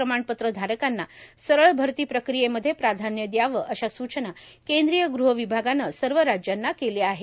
प्रमाणपत्र धारकांना सरळ भर्ती प्रक्रियेमध्ये प्राधान्य द्यावं अशा सूचना केद्रीय गृह विभागानं सर्व राज्यांना केल्या आहेत